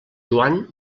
joan